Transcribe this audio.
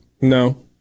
no